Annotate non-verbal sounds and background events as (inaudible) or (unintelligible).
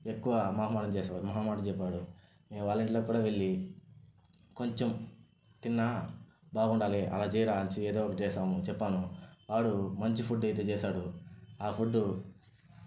ఎక్కువ మొహమాటం చేశాడు మొహమాటం చెప్పాడు మేము వాళ్ళ ఇళ్లకు కూడా వెళ్లి కొంచెం తిన్న బాగుండాలి అలా చేయరా ఏదో ఒకటి (unintelligible) చెప్పను వాడు మంచి ఫుడ్ అయితే చేశాడు ఆ ఫుడ్డు